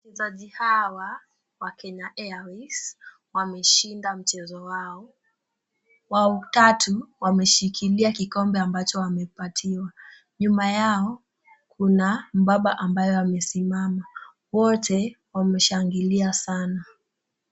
Wachezaji hawa wa Kenya Airways wameshinda mchezo wao. Wao tatu wameshikilia kikombe ambacho wamepatiwa. Nyuma yao kuna mbaba ambaye amesimama. Wote wameshangilia sanaa.